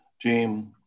team